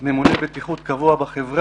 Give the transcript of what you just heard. שיפרו את התקלות, מינו ממונה בטיחות קבוע בחברה.